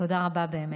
תודה רבה באמת.